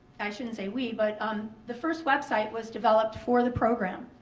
i shouldn't say we, but um the first website was developed for the program.